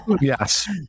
Yes